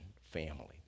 family